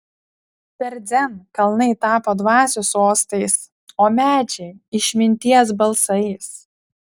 per dzen kalnai tapo dvasių sostais o medžiai išminties balsais